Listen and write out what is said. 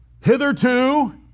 Hitherto